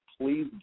please